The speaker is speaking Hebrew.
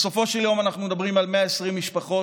בסופו של יום אנחנו מדברים על 120 משפחות